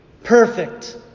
perfect